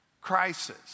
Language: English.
Crisis